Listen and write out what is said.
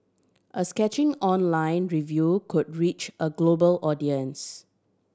a scathing online review could reach a global audience